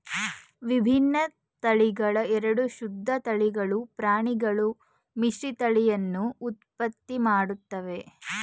ವಿಭಿನ್ನ ತಳಿಗಳ ಎರಡು ಶುದ್ಧ ತಳಿಗಳ ಪ್ರಾಣಿಗಳು ಮಿಶ್ರತಳಿಯನ್ನು ಉತ್ಪತ್ತಿ ಮಾಡ್ತವೆ